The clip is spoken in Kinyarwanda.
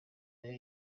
nayo